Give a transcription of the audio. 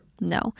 No